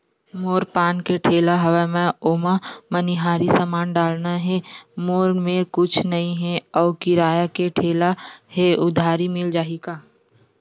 मोर पान ठेला हवय मैं ओमा मनिहारी समान डालना हे मोर मेर कुछ नई हे आऊ किराए के ठेला हे उधारी मिल जहीं का?